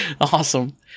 awesome